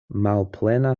malplena